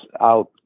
out